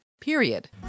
period